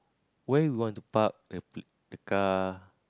where you want to park the c~ the car